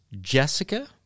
Jessica